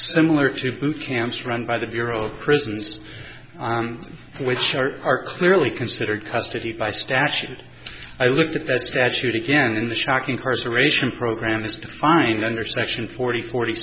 similar to boot camps run by the bureau of prisons which are clearly considered custody by statute i look at the statute again in the shock incarceration program is defined under section forty